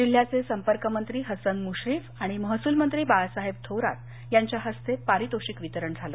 जिल्ह्याचे संपर्कमंत्री हसन मुश्रीफ आणि महसूलमंत्री बाळासाहेब थोरात यांच्या हस्ते पारितोषिक वितरण झालं